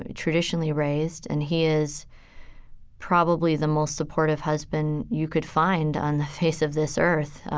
ah traditionally raised. and he is probably the most supportive husband you could find on the face of this earth.